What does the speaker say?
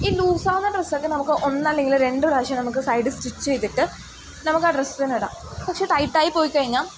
ഈ ലൂസാകുന്ന ഡ്രസ്സൊക്കെ നമുക്ക് ഒന്നല്ലെങ്കിൽ രണ്ട് പ്രാവശ്യം നമുക്ക് സൈഡ് സ്റ്റിച്ച് ചെയ്തിട്ട് നമുക്ക് ആ ഡ്രസ്സ് തന്നെ ഇടാം പക്ഷെ ടൈറ്റായി പോയിക്കഴിഞ്ഞാൽ